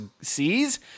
sees